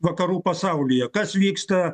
vakarų pasaulyje kas vyksta